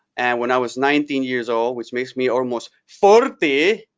when i was nineteen years old, which makes me almost forty.